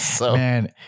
Man